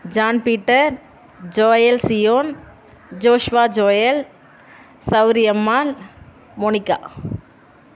John Peter Joel Zion Joshua Joel Sauriyammal Monica